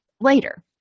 later